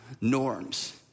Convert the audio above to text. norms